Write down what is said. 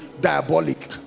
diabolic